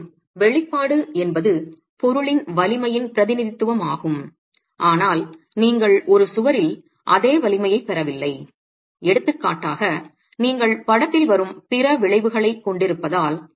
மற்றும் வெளிப்பாடு என்பது பொருளின் வலிமையின் பிரதிநிதித்துவமாகும் ஆனால் நீங்கள் ஒரு சுவரில் அதே வலிமையைப் பெறவில்லை எடுத்துக்காட்டாக நீங்கள் படத்தில் வரும் பிற விளைவுகளைக் கொண்டிருப்பதால்